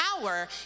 power